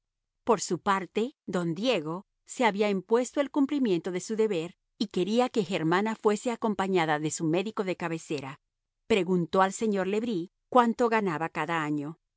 por su parte don diego se había impuesto el cumplimiento de su deber y quería que germana fuese acompañada de su médico de cabecera preguntó al señor le bris cuánto ganaba cada año